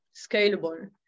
scalable